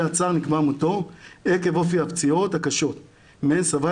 הצער נקבע מותו עקב אופי הפציעות הקשות מהן סבל.